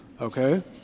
okay